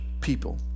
people